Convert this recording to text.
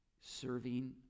serving